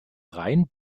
rhein